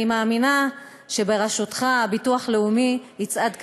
אני מאמינה שבראשותך הביטוח הלאומי יצעד קדימה,